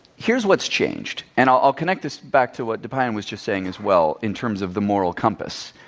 here's what's changed, and i'll connect this back to what dipayan was just saying as well, in terms of the moral compass.